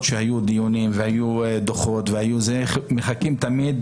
שהיו דיונים והיו דוחות מחכים תמיד,